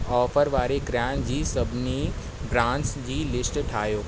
offer वारनि crayons जी सभिनी ब्रांडस जी लिस्ट ठाहियो